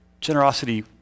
generosity